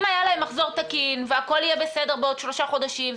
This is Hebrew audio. אם היה להם מחזור תקין והכול יהיה בסדר בעוד שלושה חודשים,